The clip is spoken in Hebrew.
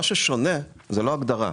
מה ששונה זה לא ההגדרה,